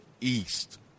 East